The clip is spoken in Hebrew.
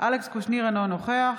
אלכס קושניר, אינו נוכח